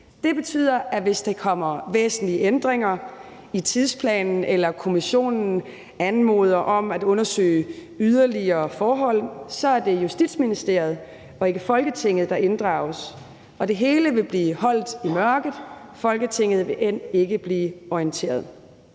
Det betyder, at hvis der kommer væsentlige ændringer i tidsplanen eller kommissionen anmoder om at undersøge yderligere forhold, så er det Justitsministeriet og ikke Folketinget, der inddrages. Det hele vil blive holdt i mørket, Folketinget vil end ikke blive orienteret.